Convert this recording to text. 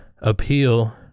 appeal